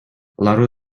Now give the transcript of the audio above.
лару